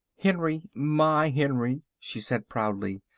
henry, my henry, she said proudly,